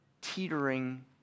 Teetering